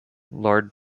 lord